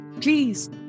please